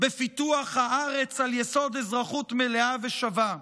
בפיתוח הארץ על יסוד אזרחות מלאה ושווה,